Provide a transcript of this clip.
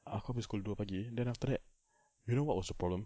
aku habis pukul dua pagi then after that you know what was the problem